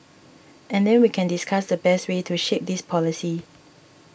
and then we can discuss the best way to shape this policy